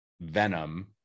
venom